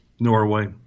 Norway